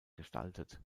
gestaltet